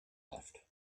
left